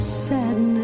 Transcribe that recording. sadness